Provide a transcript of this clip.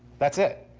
that's it.